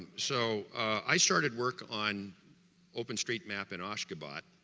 so i started work on openstreetmap in ashgabat